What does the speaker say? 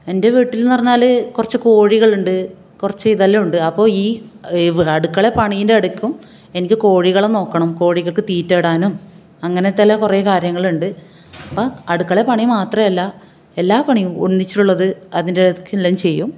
എൻ്റെ വീട്ടിൽ എന്ന് പറഞ്ഞാൽ കുറച്ച് കോഴികളുണ്ട് കുറച്ച് ഇതെല്ലാമുണ്ട് അപ്പോൾ ഈ വ് അടുക്കള പണീൻ്റെ ഇടയ്ക്കും എനിക്ക് കോഴികളെ നോക്കണം കോഴികൾക്ക് തീറ്റ ഇടാനും അങ്ങനത്തെ എല്ലാ കുറേ കാര്യങ്ങൾ ഉണ്ട് അപ്പം അടുക്കള പണി മാത്രമല്ല എല്ലാ പണിയും ഒന്നിച്ചുള്ളത് അതിൻ്റെ ഇടയ്ക്ക് എല്ലാം ചെയ്യും